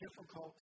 difficult